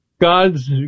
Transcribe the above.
God's